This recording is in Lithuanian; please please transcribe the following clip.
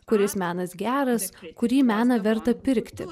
kuris menas geras kurį meną verta pirkti